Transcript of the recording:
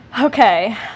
okay